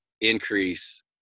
increase